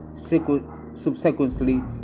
subsequently